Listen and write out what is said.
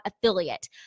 affiliate